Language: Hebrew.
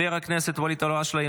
חבר הכנסת ואליד אלהואשלה,